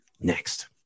next